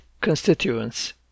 constituents